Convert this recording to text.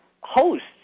hosts